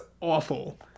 awful